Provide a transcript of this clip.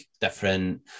different